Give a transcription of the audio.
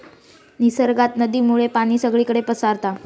निसर्गात नदीमुळे पाणी सगळीकडे पसारता